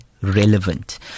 relevant